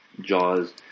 Jaws